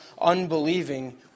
unbelieving